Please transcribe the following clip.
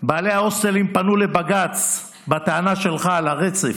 בעלי ההוסטלים פנו לבג"ץ בטענה שלך על הרצף,